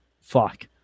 Fuck